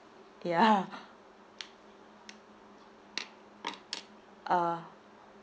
ya uh